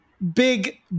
Big